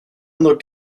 looked